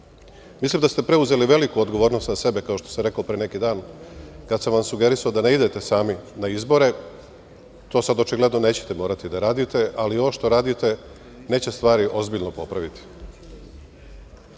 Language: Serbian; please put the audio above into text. Mislim da ste preuzeli veliku odgovornost na sebe, kao što sam rekao pre neki dan, kad sam vam sugerisao da ne idete sami na izbore, to sad očigledno nećete morati da raditi, ali ovo što radite neće stvari ozbiljno popraviti. Loše